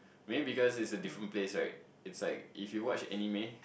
maybe because it's a different place right it's like if you watch anime